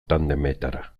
tandemetara